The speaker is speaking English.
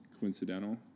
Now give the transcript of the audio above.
coincidental